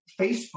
Facebook